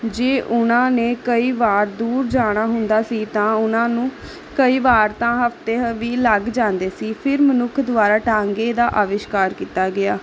ਜੇ ਉਹਨਾਂ ਨੇ ਕਈ ਵਾਰ ਦੂਰ ਜਾਣਾ ਹੁੰਦਾ ਸੀ ਤਾਂ ਉਹਨਾਂ ਨੂੰ ਕਈ ਵਾਰ ਤਾਂ ਹਫਤੇ ਵੀ ਲੱਗ ਜਾਂਦੇ ਸੀ ਫਿਰ ਮਨੁੱਖ ਦੁਆਰਾ ਟਾਂਗੇ ਦਾ ਅਵਿਸ਼ਕਾਰ ਕੀਤਾ ਗਿਆ